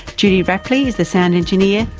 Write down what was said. judy rapley is the sound engineer,